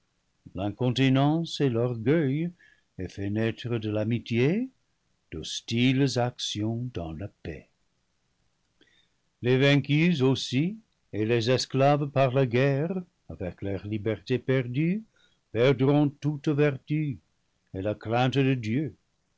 et l'or gueil aient fait naître de l'amitié d'hostiles actions dans la paix les vaincus aussi et les esclaves par la guerre avec leur liberté perdue perdront toute vertu et la crainte de dieu